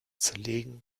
zerlegen